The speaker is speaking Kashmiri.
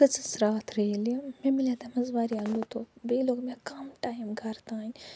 بہٕ کھٔژٕس راتھ ریلہِ مےٚ میلیو تتھ مَنٛز واریاہ لُطُف بیٚیہِ لوٚگ مےٚ کم ٹایم گَرٕ تانۍ